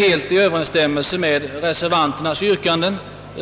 Detta överensstämmer med reservationens yrkande, och